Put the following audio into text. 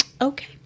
Okay